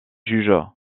juges